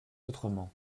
autrement